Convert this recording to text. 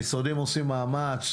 המשרדים עושים מאמץ.